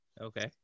Okay